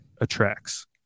attracts